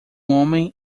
homem